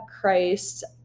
Christ